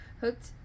hooked